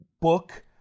book